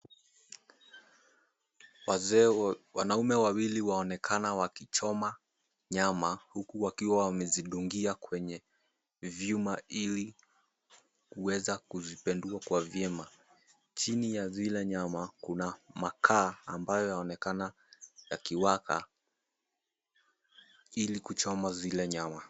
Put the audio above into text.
Wanaume wawili waonekana wakichoma nyama huku wakiwa wamezidungia kwenye vyuma ili kuweza kuzipendua kwa vyema. Chini ya zile nyama kuna makaa ambayo yaonekana yakiwaka ili kuchoma zile nyama.